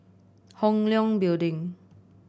Hong Leong Building